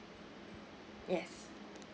yes